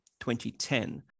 2010